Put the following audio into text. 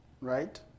right